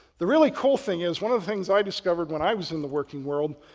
the really cool thing is one of the things i discovered when i was in the working world,